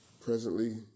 presently